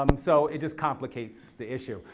um so it just complicates the issue.